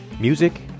Music